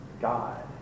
God